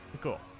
Cool